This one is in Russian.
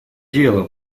дело